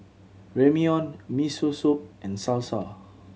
Ramyeon Miso Soup and Salsa